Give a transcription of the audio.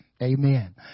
Amen